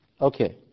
Okay